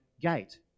gate